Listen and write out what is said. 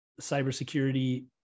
Cybersecurity